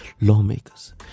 lawmakers